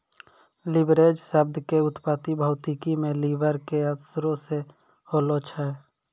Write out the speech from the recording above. leverage शब्द के उत्पत्ति भौतिकी मे लिवर के असरो से होलो छै